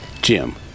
Jim